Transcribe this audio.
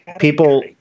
people